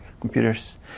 computers